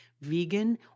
vegan